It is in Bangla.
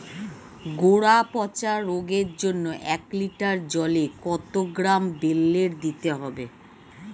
গোড়া পচা রোগের জন্য এক লিটার জলে কত গ্রাম বেল্লের দিতে হবে?